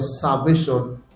salvation